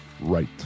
Right